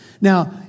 Now